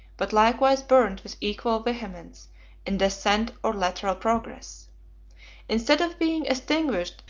but likewise burnt with equal vehemence in descent or lateral progress instead of being extinguished,